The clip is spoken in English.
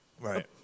Right